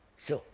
so